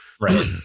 right